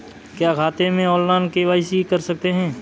क्या खाते में ऑनलाइन के.वाई.सी कर सकते हैं?